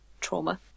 trauma